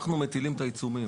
אנחנו מטילים את העיצומים.